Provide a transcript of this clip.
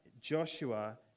Joshua